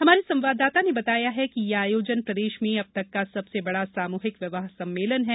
हमारे संवाददाता ने बताया कि यह आयोजन प्रदेश में अब तक का सबसे बड़ा सामूहिक विवाह सम्मेलन है